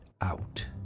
out